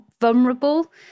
vulnerable